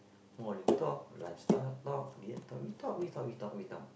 morning talk lunch time talk dinner talk we talk we talk we talk we talk